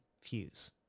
fuse